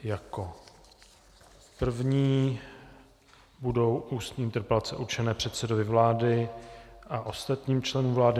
Jako první budou ústní interpelace určené předsedovi vlády a ostatním členům vlády.